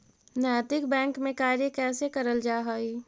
नैतिक बैंक में कार्य कैसे करल जा हई